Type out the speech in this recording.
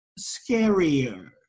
scarier